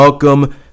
Welcome